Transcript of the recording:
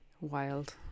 wild